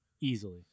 Easily